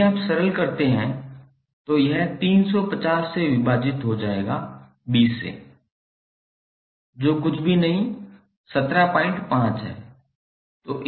यदि आप सरल करते हैं तो यह 350 से विभाजित हो जाएगा 20 सेजो कुछ भी नहीं 175 है